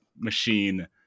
machine